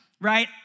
right